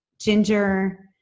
ginger